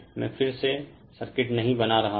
में फिर से सर्किट नही बना रहा हूँ